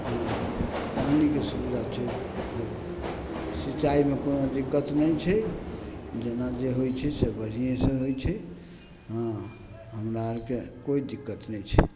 हँ पानिके सुविधा छै खूब सिचाइमे कोनो दिक्कत नहि छै जेना जे होइ छै से बढ़ियेंसँ होइ छै हँ हमरा अरके कोइ दिक्कत नहि छै